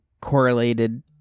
correlated